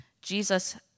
Jesus